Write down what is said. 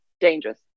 dangerous